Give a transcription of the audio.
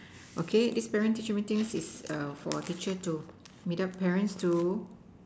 okay this parent teacher meeting is err for teacher to meet up parents to